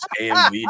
AMV